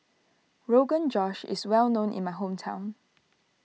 Rogan Josh is well known in my hometown